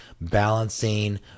balancing